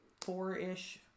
four-ish